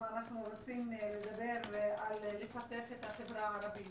אם אנחנו רוצים לדבר על פיתוח החברה הערבית